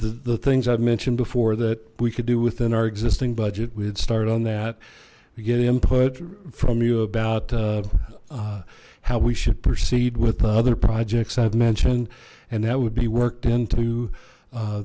the things i've mentioned before that we could do within our existing budget we'd start on that i get input from you about how we should proceed with other projects i've mentioned and that would be worked into